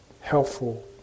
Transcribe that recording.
helpful